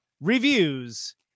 reviews